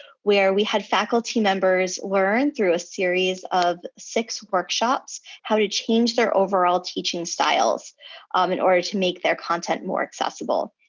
where we had faculty members learn through a series of six workshops how to change their overall teaching teaching styles um in order to make their content more accessible.